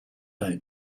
out